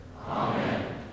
Amen